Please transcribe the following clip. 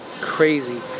crazy